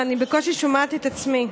ואני בקושי שומעת את עצמי.